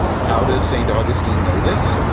how does st. augustine know this?